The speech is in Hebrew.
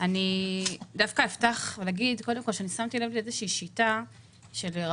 אני אישית לא אהיה מוכנה לשבת עם לובי מסחרי של החברות,